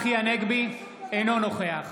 הנגבי, אינו נוכח